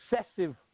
excessive